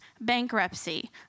bankruptcy